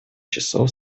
часов